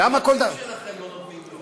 למה כל דבר, היועצים שלכם לא נותנים לו.